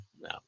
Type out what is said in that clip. no